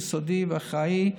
יסודי ואחראי,